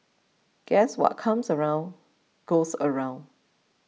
guess what comes around goes around